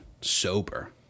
sober